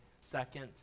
second